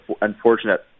unfortunate